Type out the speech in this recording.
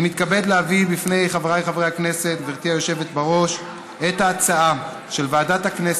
אני מתכבד להביא בפני חבריי חברי הכנסת את ההצעה של ועדת הכנסת,